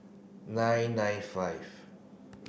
nine nine five